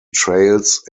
trails